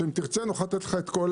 אם תרצה נוכל לתת לך.